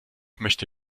möchte